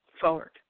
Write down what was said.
forward